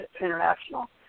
international